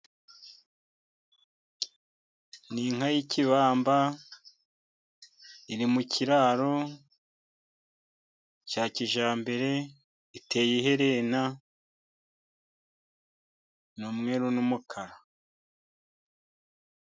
Ni inka y'ikibamba, iri mu kiraro cya kijyambere iteye iherena, n'umweru n'umukara.